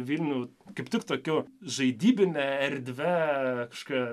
vilnių kaip tik tokiu žaidybine erdve kažkokia